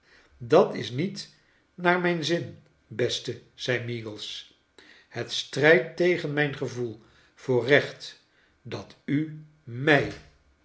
dat is niet naar mijn zin beste zei meagles het strijdt tegen mijn gevoel voor recht dat u m